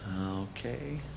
Okay